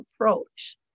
approach